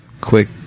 Quick